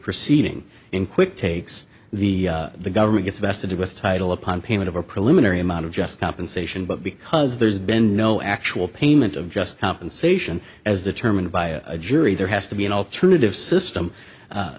proceeding in quick takes the the government gets vested with title upon payment of a preliminary amount of just compensation but because there's been no actual payment of just compensation as determined by a jury there has to be an alternative system